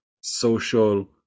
social